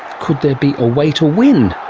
could there be a way to win?